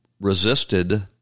resisted